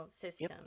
system